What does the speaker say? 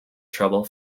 trouble